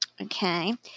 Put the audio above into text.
Okay